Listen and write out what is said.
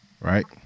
right